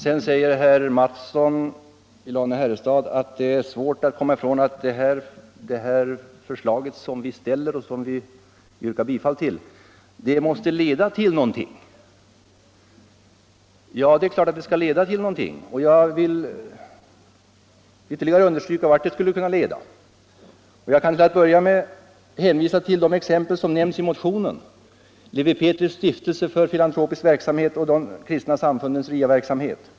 Sedan säger herr Mattsson i Lane-Herrestad att det förslag som vi ställer och som vi yrkar bifall till måste leda till någonting. Ja, det är klart att det skall leda till någonting. Jag vill ytterligare understryka vart det skulle kunna leda. Jag kan till att börja med hänvisa till de exempel som nämns i motionen — Lewi Pethrus” stiftelse för filantropisk verksamhet och de kristna samfundens RIA verksamhet.